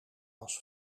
was